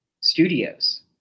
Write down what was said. studios